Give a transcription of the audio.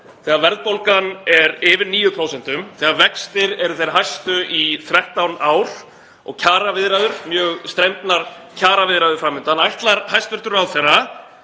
þegar verðbólgan er yfir 9%, þegar vextir eru þeir hæstu í 13 ár og kjaraviðræður, mjög strembnar kjaraviðræður, fram undan? Ætlar hæstv. ráðherra